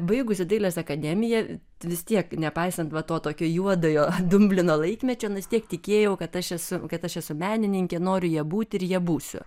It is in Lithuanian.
baigusi dailės akademiją vis tiek nepaisant va tokio juodojo dumblino laikmečio vis tiek tikėjau kad aš esu kad aš esu menininkė noriu ja būti ir ja būsiu